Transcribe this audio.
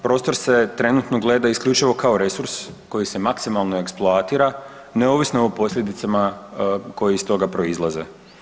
Prostor se trenutno gleda isključivo kao resurs koji se maksimalno eksploatira, neovisno o posljedicama koje iz toga proizlaze.